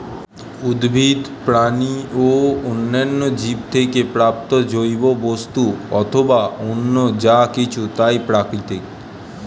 উদ্ভিদ, প্রাণী ও অন্যান্য জীব থেকে প্রাপ্ত জৈব বস্তু অথবা অন্য যা কিছু তাই প্রাকৃতিক